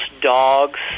dogs